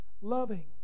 Loving